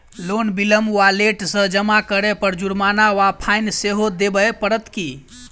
Loan विलंब वा late सँ जमा करै पर जुर्माना वा फाइन सेहो देबै पड़त की?